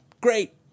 great